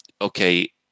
okay